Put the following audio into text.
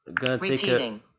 Repeating